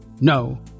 No